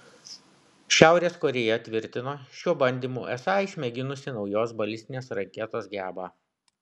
šiaurės korėja tvirtino šiuo bandymu esą išmėginusi naujos balistinės raketos gebą